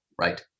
right